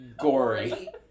gory